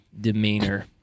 demeanor